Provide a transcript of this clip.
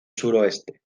suroeste